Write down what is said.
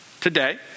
today